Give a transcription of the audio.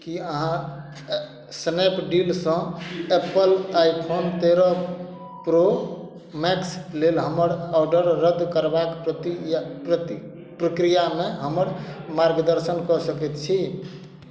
की अहाँ स्नैपडीलसँ Apple iPhone तेरह प्रो मैक्स लेल हमर ऑर्डर रद्द करबाक प्रक्रियामे हमर मार्गदर्शन कऽ सकैत छी